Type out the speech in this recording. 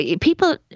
People